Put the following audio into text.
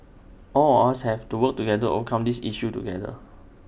all of us have to work together overcome this issue together